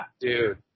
dude